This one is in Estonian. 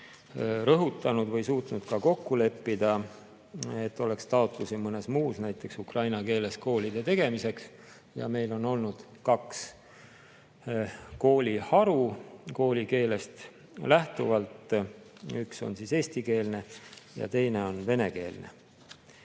rõhutanud või suutnud kokku leppida, et oleks taotlusi mõnes muus, näiteks ukraina keeles koolide tegemiseks. Meil on olnud kaks kooliharu koolikeelest lähtuvalt: üks on eestikeelne ja teine on venekeelne.